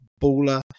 baller